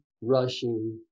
rushing